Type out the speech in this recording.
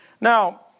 Now